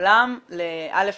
מהעולם א.